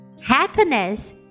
happiness